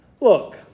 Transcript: Look